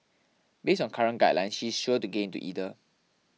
based on current guidelines she is sure to get into either